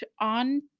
on